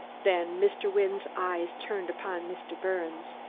then mr. wynne's eyes turned upon mr. birnes.